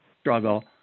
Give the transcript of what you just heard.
struggle